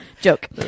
Joke